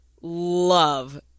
love